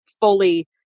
fully